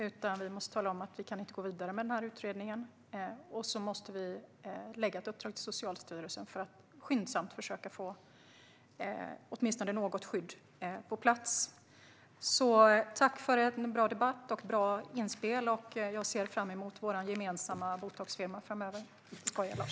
Vi måste tala om att vi inte kan gå vidare med den här utredningen, och vi måste ge ett uppdrag till Socialstyrelsen att skyndsamt få åtminstone något skydd på plats. Tack, alltså, för en bra debatt och för bra inspel, Lars Beckman! Jag ser fram emot vår gemensamma botoxfirma framöver. Nej, jag skojar, Lars - ursäkta!